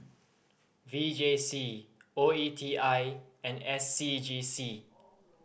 V J C O E T I and S C G C